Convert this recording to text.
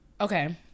Okay